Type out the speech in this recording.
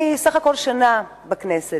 אני סך הכול שנה בכנסת,